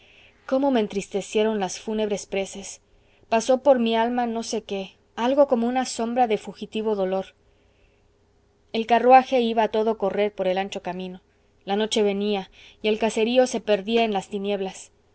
cómo me entristecieron las fúnebres preces pasó por mi alma no sé qué algo como una sombra de fugitivo dolor el carruaje iba a todo correr por el ancho camino la noche venía y el caserío se perdía en las tinieblas